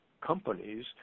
companies